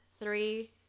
three